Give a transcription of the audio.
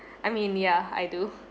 I mean yeah I do